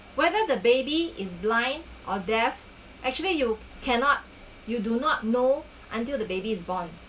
whether the baby is blind or deaf actually you cannot you do not know until the baby is born